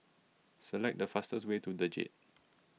select the fastest way to the Jade